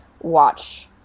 watch